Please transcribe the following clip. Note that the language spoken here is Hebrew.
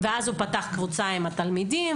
ואז הוא פתח קבוצה עם התלמידים.